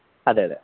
അതെ അതെ